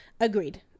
Agreed